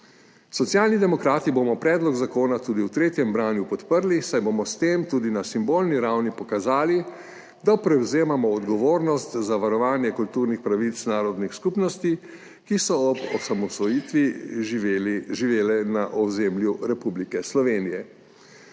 Socialni demokrati bomo predlog zakona tudi v tretjem branju podprli, saj bomo s tem tudi na simbolni ravni pokazali, da prevzemamo odgovornost za varovanje kulturnih pravic narodnih skupnosti, ki so ob osamosvojitvi živele na ozemlju Republike Slovenije.